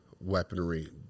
weaponry